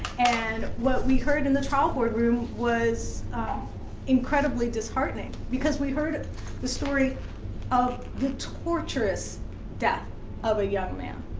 and what we heard in the trial board room was incredibly disheartening because we heard the story of the tortuous death of a young man.